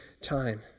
time